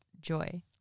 joy